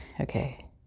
Okay